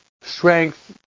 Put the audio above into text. strength